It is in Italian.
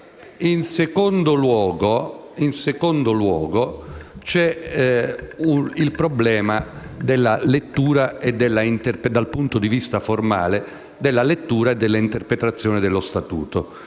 In secondo luogo c'è il problema, dal punto di vista formale, della lettura e della interpretazione dello statuto.